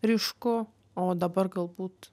ryšku o dabar galbūt